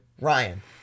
Ryan